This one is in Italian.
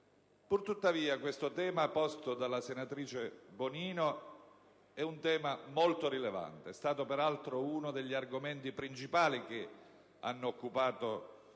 Pur tuttavia, il tema posto dalla senatrice Bonino è molto rilevante. È stato, peraltro, uno degli argomenti principali che hanno occupato